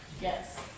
Yes